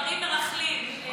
גברים מרכלים,